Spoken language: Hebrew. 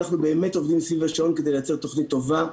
אנחנו באמת עובדים סביב השעון כדי לייצר תוכנית טובה.